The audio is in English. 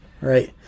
Right